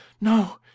no